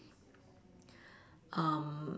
um